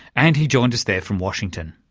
and he joined us there from washington.